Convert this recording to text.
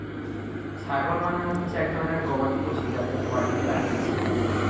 ছাগল মানে হতিছে এক ধরণের গবাদি পশু যাদেরকে বাড়িতে রাখতিছে